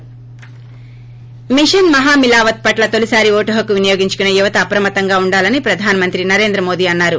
machine మహామిలావత్ పట్ల తొలిసారి ఓటు హక్కు వినియోగించుకొసే యువత అప్రమత్తంగా ఉండాలని ప్రధానమంత్రి నరేంద్ర మోదీ అన్నారు